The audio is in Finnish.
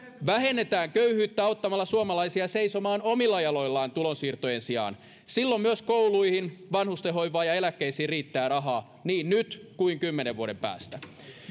vähennetään köyhyyttä auttamalla suomalaisia seisomaan omilla jaloillaan tulonsiirtojen sijaan silloin myös kouluihin vanhustenhoivaan ja eläkkeisiin riittää rahaa niin nyt kuin kymmenen vuoden päästä